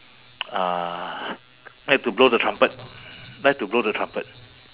uh like to blow the trumpet like to blow the trumpet